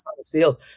steal